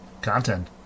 Content